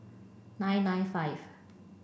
nine nine five